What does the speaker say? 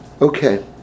Okay